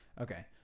Okay